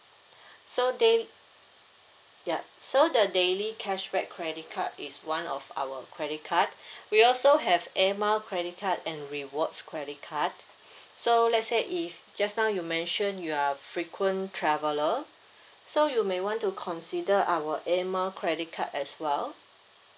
so they ya so the daily cashback credit card is one of our credit card we also have air miles credit card and rewards credit card so let's say if just now you mentioned you are frequent traveller so you may want to consider our Air Miles credit card as well